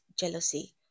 jealousy